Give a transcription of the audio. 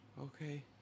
Okay